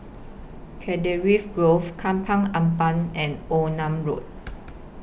Grove Ampat and Onan Road